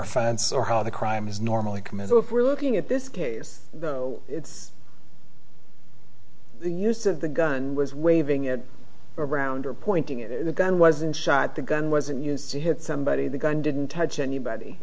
offense or how the crime is normally committed we're looking at this case it's the use of the gun was waving it around or pointing at the gun wasn't shot the gun wasn't used to hit somebody the gun didn't touch anybody